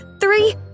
three